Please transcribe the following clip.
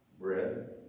bread